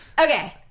Okay